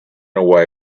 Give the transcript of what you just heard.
away